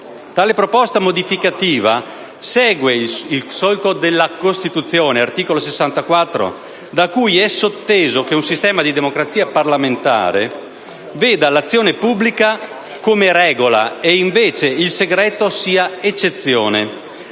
Tale proposta modificativa segue il solco della Costituzione (articolo 64), da cui è sotteso che un sistema di democrazia parlamentare veda l'azione pubblica come regola e il segreto, invece, come